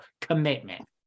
commitment